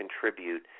contribute